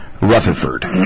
Rutherford